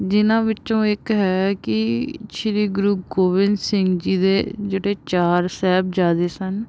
ਜਿਹਨਾਂ ਵਿੱਚੋਂ ਇੱਕ ਹੈ ਕਿ ਸ਼੍ਰੀ ਗੁਰੂ ਗੋਬਿੰਦ ਸਿੰਘ ਜੀ ਦੇ ਜਿਹੜੇ ਚਾਰ ਸਾਹਿਬਜ਼ਾਦੇ ਸਨ